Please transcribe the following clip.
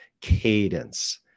cadence